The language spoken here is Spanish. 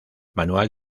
manual